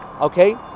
okay